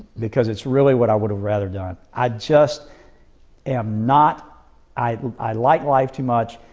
because it's really what i would have rather done. i just am not i i like life too much.